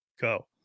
go